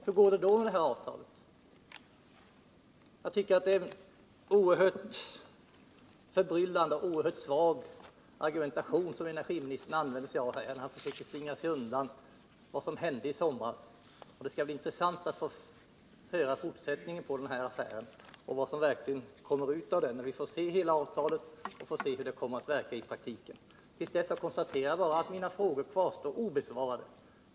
Hur går det då med det här avtalet? Jag tycker att det är en oerhört förbryllande och svag argumentering som energiministern för här, när han försöker slingra sig undan vad som hände i somras. Det skall bli intressant att se fortsättningen av den här affären och vad som verkligen kommer ut av den, när vi får se hela avtalet och kan bedöma hur det kommer att verka i praktiken. Till dess konstaterar jag bara att mina frågor kvarstår obesvarade.